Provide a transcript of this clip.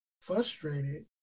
frustrated